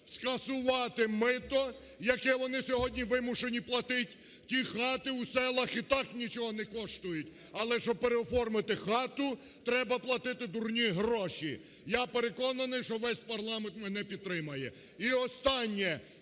скасувати мито, яке вони сьогодні вимушені платити, ті хати в селах і так нічого не коштують. Але щоб переоформити хату, треба платити дурні гроші. Я переконаний, що весь парламент мене підтримає. І останнє.